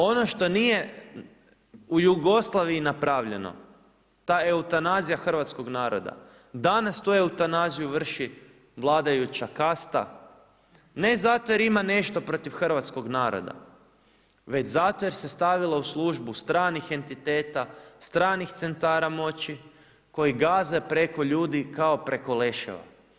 Ono što nije u Jugoslaviji napravljeno ta eutanazija hrvatskog naroda danas tu eutanaziju vrši vladajuća kasta, ne zato jer ima nešto protiv hrvatskog naroda, već zato jer se stavila u službu stranih entiteta, stranih centara moći koji gaze preko ljudi kao preko leševa.